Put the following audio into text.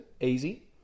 easy